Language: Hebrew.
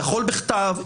יכול בכתב,